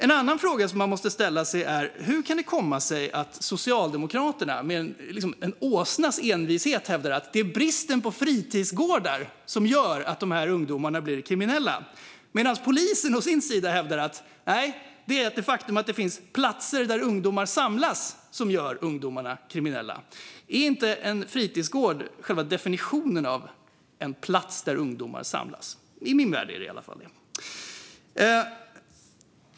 En annan fråga man måste ställa sig är hur det kan komma sig att Socialdemokraterna med en åsnas envishet hävdar att det är bristen på fritidsgårdar som gör att de här ungdomarna blir kriminella medan polisen å sin sida hävdar att det är det faktum att det finns platser där ungdomar samlas som gör ungdomarna kriminella. Är inte en fritidsgård själva definitionen av en plats där ungdomar samlas? I min värld är det i alla fall det.